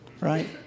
right